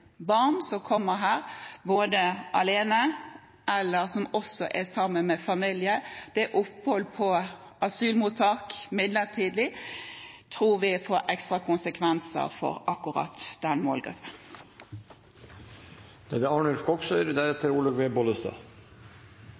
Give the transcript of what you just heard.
barn som kommer her, enten alene eller også sammen med familie. Opphold på asylmottak midlertidig tror vi får ekstra konsekvenser for akkurat den målgruppen.